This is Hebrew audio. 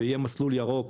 ושיהיה מסלול ירוק,